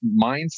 mindset